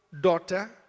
daughter